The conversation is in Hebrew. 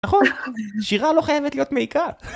נכון, שירה לא חייבת להיות מעיקה